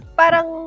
parang